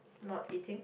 not eating